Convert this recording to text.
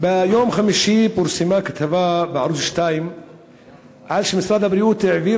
ביום חמישי פורסמה כתבה בערוץ 2 על כך שמשרד הבריאות העביר